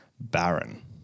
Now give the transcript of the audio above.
barren